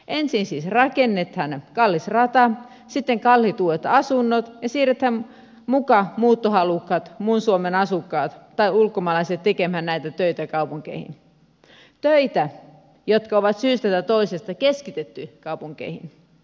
ensin siis rakennetaan kallis rata sitten kalliit uudet asunnot ja sitten siirretään muka muuttohalukkaat muun suomen asukkaat tai ulkomaalaiset tekemään näitä töitä kaupunkeihin töitä jotka on syystä tai toisesta keskitetty kaupunkeihin